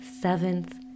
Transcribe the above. seventh